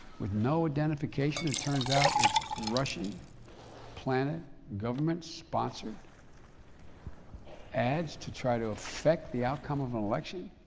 with no identification. it turns out its russian planted, government sponsored ads to try to affect the outcome of an election.